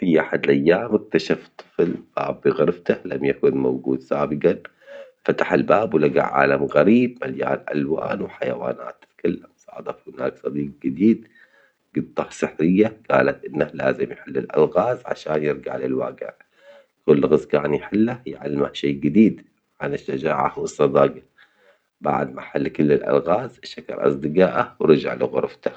في أحد الأيام اكتشف طفل بغرفته لم يكن موجود سابقًا، فتح الباب ولجى عالم غريب مليان ألوان وحيوانات كلهم صادف هناك صديج جديد، جطة سحرية جالت إنه لازم يحل الألغاز مشان يرجع للواقع، كل لغز كان يحله يعلمه شئ جديد عن الشجاعة والصداجة، بعد ما حل كل الألغاز شكر أصدجائه ورجع لغرفته.